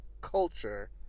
culture